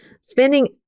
spending